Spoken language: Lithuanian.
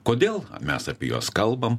kodėl mes apie juos kalbam